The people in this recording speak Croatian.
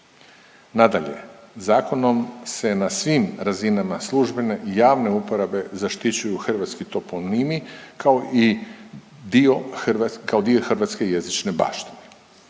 Nadalje, zakonom se na svim razinama službene i javne uporabe zaštićuju hrvatski toponimi, kao i dio .../nerazumljivo/...